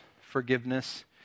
forgiveness